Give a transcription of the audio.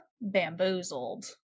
bamboozled